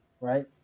right